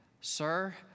sir